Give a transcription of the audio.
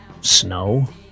snow